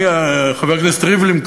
חבר הכנסת ריבלין,